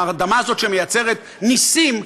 באדמה הזאת שמייצרת נסים,